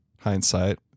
hindsight